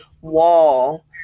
wall